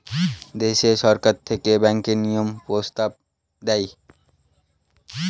দেশে সরকার থেকে ব্যাঙ্কের নিয়ম প্রস্তাব দেয়